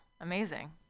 amazing